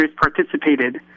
participated